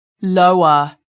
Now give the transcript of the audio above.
lower